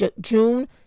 June